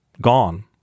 gone